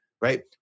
right